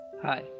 Hi